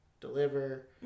deliver